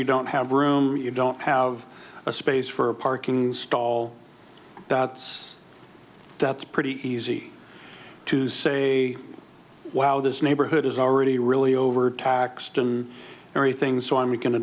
you don't have room you don't have a space for a parking stall that's that's pretty easy to say wow this neighborhood is already really overtaxed and everything so i'm going to